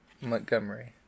Montgomery